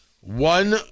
One